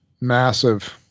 massive